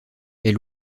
est